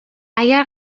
اگر